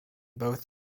both